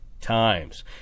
times